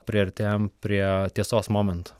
priartėjame prie tiesos momento